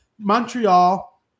Montreal